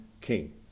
King